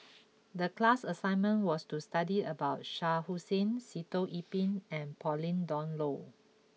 the class assignment was to study about Shah Hussain Sitoh Yih Pin and Pauline Dawn Loh